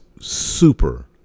super